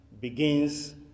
begins